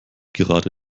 gerade